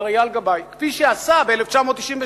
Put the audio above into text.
מר אייל גבאי, כפי שעשה ב-1996.